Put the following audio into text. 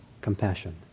compassion